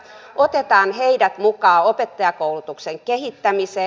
otetaan heidät mukaan opettajakoulutuksen kehittämiseen